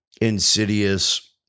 insidious